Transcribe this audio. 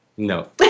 No